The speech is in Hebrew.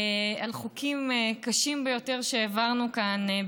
על חוקים קשים ביותר שהעברנו כאן,